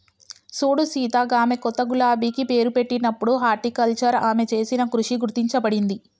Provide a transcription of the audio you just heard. సూడు సీత గామె కొత్త గులాబికి పేరు పెట్టినప్పుడు హార్టికల్చర్ ఆమె చేసిన కృషి గుర్తించబడింది